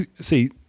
See